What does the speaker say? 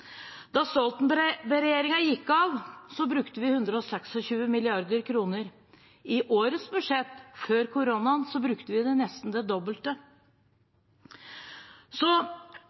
Da Stoltenberg-regjeringen gikk av, brukte vi 126 mrd. kr. I årets budsjett, før koronaen, brukte vi nesten det dobbelte. Så